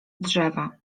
drzewa